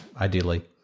ideally